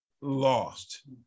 lost